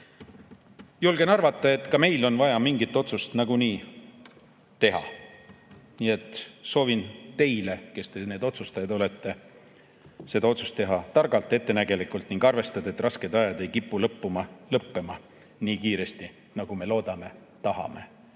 Julgen arvata, et ka meil on vaja mingi otsus nagunii teha. Nii et soovin teile, kes te need otsustajad olete, et te selle otsuse teete targalt ja ettenägelikult ning arvestate, et rasked ajad ei kipu lõppema nii kiiresti, nagu me loodame, tahame